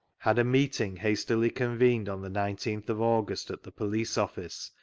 had a meeting hastily convened on the nineteenth of august at the police office,